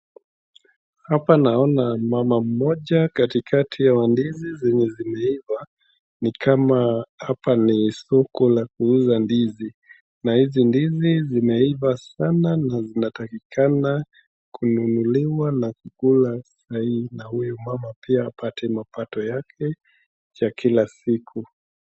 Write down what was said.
Hapa naona mama mmoja katikati ya ndizi zenye ziliiva, ni kama hapa ni soko la kuuza ndizi, na hizi ndizi zimeiva sana na zitakikana kununuliwa na kukulwa saa hii na huyo mama apate mapato yake, ya kila siku.